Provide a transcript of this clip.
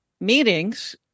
meetings